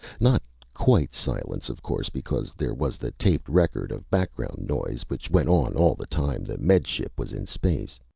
not quite silence, of course, because there was the taped record of background noise which went on all the time the med ship was in space.